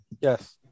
Yes